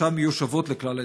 ושם יהיו שוות לכלל האזרחים.